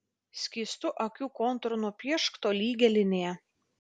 skystu akių kontūru nupiešk tolygią liniją